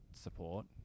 support